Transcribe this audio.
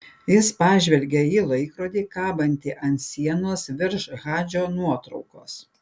jis pažvelgė į laikrodį kabantį ant sienos virš hadžo nuotraukos